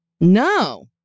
No